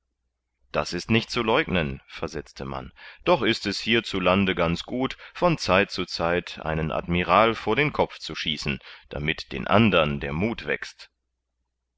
das ist nicht zu leugnen versetzte man doch ist es hier zu lande ganz gut von zeit zu zeit einen admiral vor den kopf zu schießen damit den andern der muth wächst